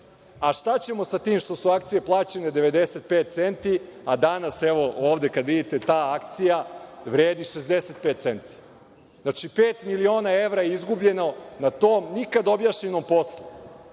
Šta ćemo sa tim što su akcije plaćene 95 centi, a danas ovde kada vidite, ta akcija vredi 65 centi. Znači, pet miliona evra je izgubljeno na tom nikad objašnjenom poslu,